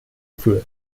für